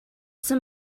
some